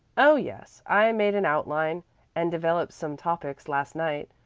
oh, yes, i made an outline and developed some topics last night.